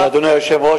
אדוני היושב-ראש,